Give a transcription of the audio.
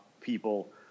people